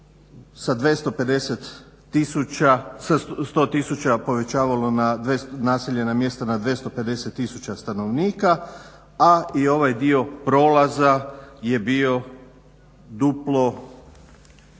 sa 100000 povećavalo naseljena mjesta na 250000 stanovnika, a i ovaj dio prolaza je bio duplo